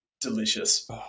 delicious